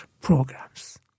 programs